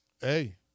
Hey